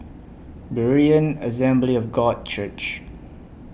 Berean Assembly of God Church